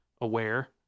aware